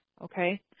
okay